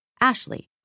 Ashley